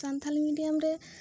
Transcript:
Santali medium ᱨᱮ